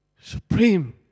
supreme